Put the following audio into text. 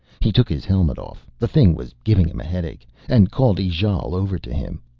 he took his helmet off, the thing was giving him a headache, and called ijale over to him.